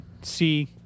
see